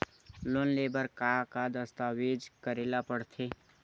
Loan ले बर का का दस्तावेज करेला पड़थे?